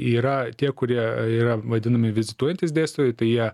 yra tie kurie yra vadinami vizituojantys dėstytojai tai jie